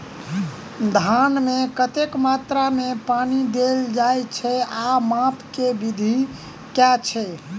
धान मे कतेक मात्रा मे पानि देल जाएँ छैय आ माप केँ विधि केँ छैय?